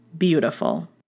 Beautiful